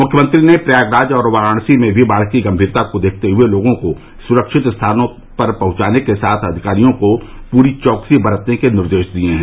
मुख्यमंत्री ने प्रयागराज और वाराणसी में बाढ़ की गम्मीरता को देखते हुये लोगों को सुरक्षित स्थानों पर पहुंचाने के साथ अधिकारियों को पूरी चौकसी बरतने के निर्देश दिये हैं